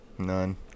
none